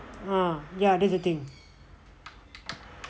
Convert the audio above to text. ah ya that's the thing